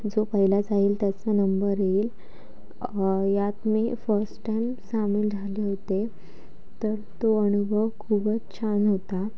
जो पहिला जाईल त्याचा नंबर येईल यात मी फर्स्ट टाइम सामील झाले होते तर तो अनुभव खूपच छान होता